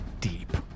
deep